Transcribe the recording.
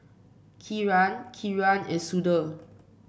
Kiran Kiran and Sudhir